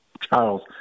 Charles